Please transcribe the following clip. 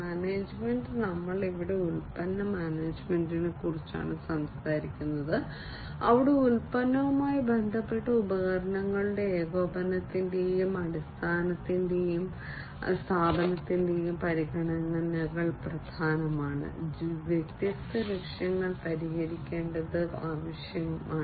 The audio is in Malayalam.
മാനേജ്മെന്റ് ഞങ്ങൾ ഇവിടെ ഉൽപ്പന്ന മാനേജ്മെന്റിനെക്കുറിച്ചാണ് സംസാരിക്കുന്നത് അവിടെ ഉൽപ്പന്നവുമായി ബന്ധപ്പെട്ട ഉപകരണങ്ങളുടെ ഏകോപനത്തിന്റെയും സ്ഥാപനത്തിന്റെയും പരിഗണനകൾ പ്രധാനമാണ് വ്യത്യസ്ത ലക്ഷ്യങ്ങൾ പരിഹരിക്കേണ്ടത് ആവശ്യമാണ്